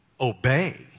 obey